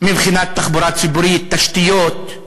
מבחינת תחבורה ציבורית, תשתיות,